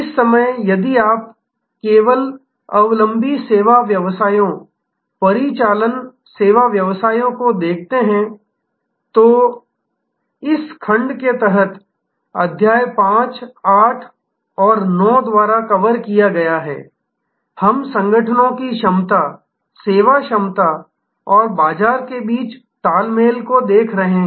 इस समय यदि आप केवल अवलंबी सेवा व्यवसायों परिचालन सेवा व्यवसायों को देखते हैं तो इस खंड के तहत अध्याय 5 8 और 9 द्वारा कवर किया गया है हम संगठनों की क्षमता सेवा क्षमता और बाजार के बीच तालमेल को देख रहे हैं